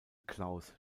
klaus